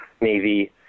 Navy